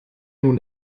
nun